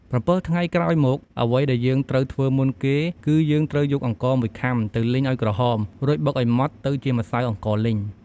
៧ថ្ងៃក្រោយមក អ្វីដែលយើងត្រូវធ្វើមុនគេ គឺយើងត្រូវយកអង្ករមួយខំា ទៅលីងឱ្យក្រហម រួចបុកឱ្យម៉ដ្ដទៅជាម្សៅអង្ករលីង។